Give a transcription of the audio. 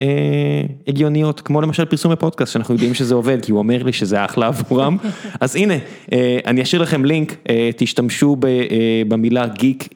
הגיוניות כמו למשל פרסום לפודקאסט שאנחנו יודעים שזה עובד כי הוא אומר לי שזה אחלה עבורם. אז הנה אני אשאיר לכם לינק תשתמשו במילה גיק.